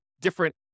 different